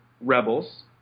Rebels